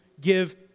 give